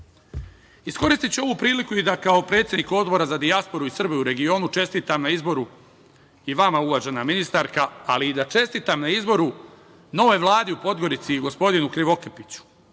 Trebinju. Iskoristiću ovu priliku i da kao predsednik Odbora za dijasporu i Srbe u regionu čestitam na izboru i vama uvažena ministarka, ali i da čestitam na izboru novoj Vladi u Podgorici i gospodinu Krivokapiću. Pre